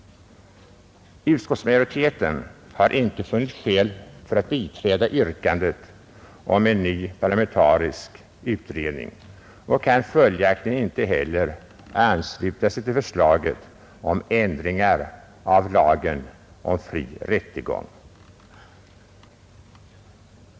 Utskottsmajoriteten har inte funnit skäl att biträda yrkandet om en ny parlamentarisk beredning och kan följaktligen inte heller ansluta sig till förslaget om ändringar i lagen om fri rättegång.